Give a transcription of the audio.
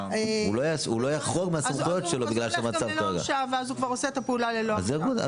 אז הוא ילך גם ללא הרשאה ואז הוא כבר עושה את הפעולה ללא הרשאה.